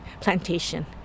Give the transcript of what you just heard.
Plantation